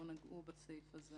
לא נגעו בסעיף הזה